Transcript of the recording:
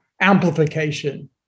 amplification